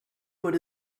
what